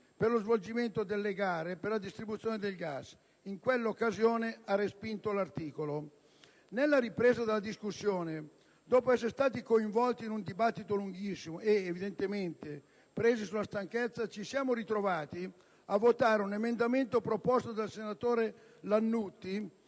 per lo svolgimento delle gare per la distribuzione del gas, ha respinto l'articolo. Nella ripresa della discussione, dopo essere stati coinvolti in un dibattito lunghissimo e, evidentemente, presi sulla stanchezza, ci siamo ritrovati a votare un emendamento proposto dal senatore Lannutti,